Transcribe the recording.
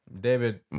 David